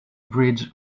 bridge